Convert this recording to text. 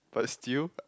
but still